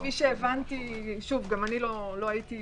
כפי שהבנתי גם אני לא הייתי